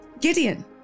Gideon